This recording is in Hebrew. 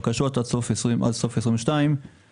הבקשה להרחבת הטרפז מגיל 21 במענק העבודה מייצרת מצב